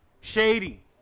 shady